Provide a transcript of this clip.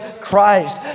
Christ